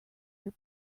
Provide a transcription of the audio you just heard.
your